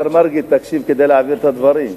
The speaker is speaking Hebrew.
השר מרגי, תקשיב כדי להעביר את הדברים.